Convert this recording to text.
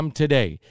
today